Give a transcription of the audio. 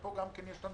ופה יש לנו